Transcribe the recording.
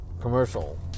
commercial